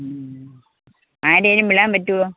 ആരേലും വിടാൻ പറ്റുമോ